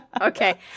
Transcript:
okay